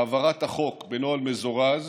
העברת החוק בנוהל מזורז